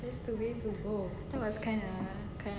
that was kinda kinda